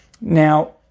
Now